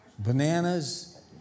bananas